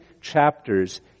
chapters